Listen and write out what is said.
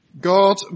God